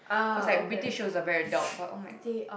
cause like British was a very adult but all my